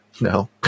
No